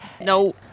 no